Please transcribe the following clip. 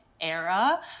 era